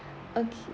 okay